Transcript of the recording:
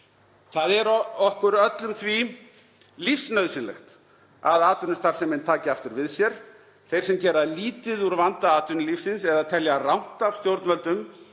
Það er okkur öllum því lífsnauðsynlegt að atvinnustarfsemin taki aftur við sér. Þeir sem gera lítið úr vanda atvinnulífsins eða telja rangt af stjórnvöldum